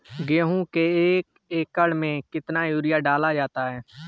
गेहूँ के एक एकड़ में कितना यूरिया डाला जाता है?